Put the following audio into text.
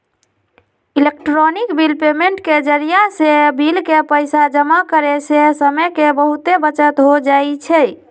electronic bill payment के जरियासे bill के पइसा जमा करेयसे समय के बहूते बचत हो जाई छै